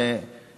אפשר יהיה